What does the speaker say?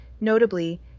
Notably